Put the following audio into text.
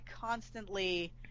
constantly